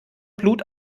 blut